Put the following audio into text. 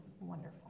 wonderful